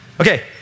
Okay